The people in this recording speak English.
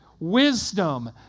Wisdom